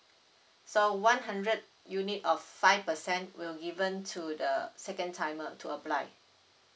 so one hundred unit of five percent will given to the second timer to apply